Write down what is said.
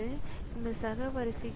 எனவே இது இப்படியே போகிறது